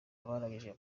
abarangije